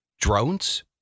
drones